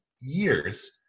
years